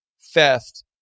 theft